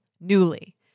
Newly